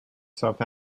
south